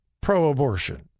pro-abortion